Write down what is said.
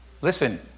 Listen